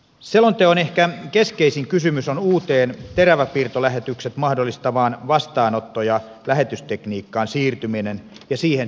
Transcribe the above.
selonteon ehkä keskeisin kysymys on uuteen teräväpiirtolähetykset mahdollistavaan vastaanotto ja lähetystekniikkaan siirtyminen ja sen aikataulu